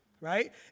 right